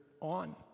on